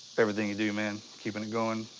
everything you do, man. keeping it going.